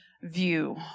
view